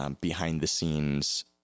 behind-the-scenes